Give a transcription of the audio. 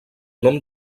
nom